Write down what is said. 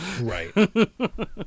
Right